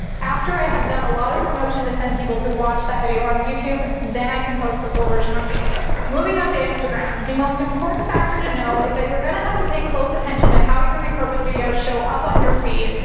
after i have done a lot of promotion to send people to watch that video on youtube, then i can post the full version on facebook. moving on to instagram. the most important factor to know is that you're gonna have to play close attention to how your repurposed videos show up on your feed.